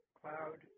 cloud